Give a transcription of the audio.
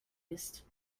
ist